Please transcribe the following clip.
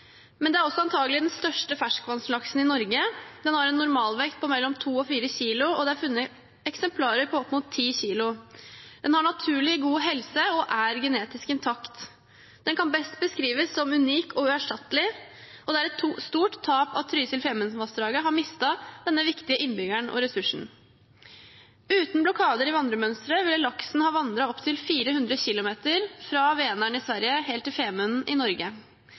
Men det er også antagelig den største ferskvannslaksen i Norge. Den har en normalvekt på mellom to og fire kilo, og det er funnet eksemplarer på opp mot ti kilo. Den har naturlig god helse og er genetisk intakt. Den kan best beskrives som unik og uerstattelig, og det er et stort tap at Trysil- og Femundvassdraget har mistet denne viktige innbyggeren og ressursen. Uten blokader i vandremønsteret ville laksen ha vandret opptil 400 kilometer, fra Vänern i Sverige helt til Femunden i Norge.